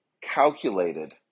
calculated